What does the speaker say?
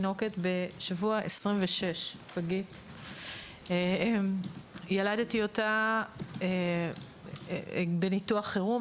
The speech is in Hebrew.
תינוקת בשבוע 26. ילדתי אותה בניתוח חירום,